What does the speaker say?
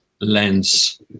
lens